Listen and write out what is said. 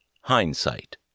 Hindsight